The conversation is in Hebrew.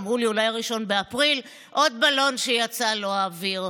אמרו לי, אולי 1 באפריל, עוד בלון שיצא לו האוויר.